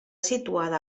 situada